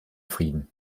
frieden